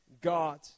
God